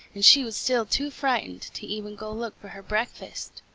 and she was still too frightened to even go look for her breakfast.